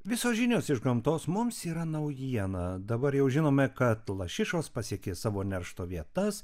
visos žinios iš gamtos mums yra naujiena dabar jau žinome kad lašišos pasiekė savo neršto vietas